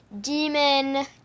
demon